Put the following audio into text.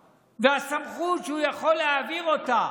והסמכות, שהוא יכול להעביר אותה